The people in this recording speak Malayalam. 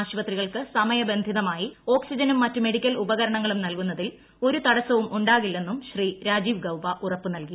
ആശുപത്രികൾക്ക് സമയബന്ധിതമായി ഓക്സിജനും മറ്റ് മെഡിക്കൽ ഉപകരണങ്ങളും നൽകുന്നതിൽ ഒരു തടസ്സമുണ്ടാകില്ലെന്നും ശ്രീ രാജീവ് ഗൌബ ഉറപ്പ് നൽകി